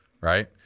Right